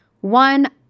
One